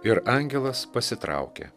ir angelas pasitraukė